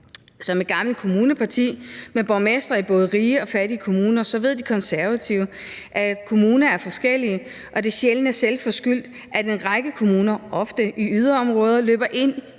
Som et gammelt kommuneparti med borgmestre i både rige og fattige kommuner ved De Konservative, at kommunerne er forskellige, og at det sjældent er selvforskyldt, at en række kommuner, ofte i yderområder, løber ind